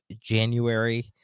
January